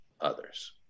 others